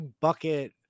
bucket